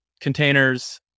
containers